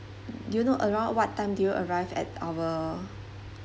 do you know around what time did you arrive at our